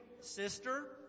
sister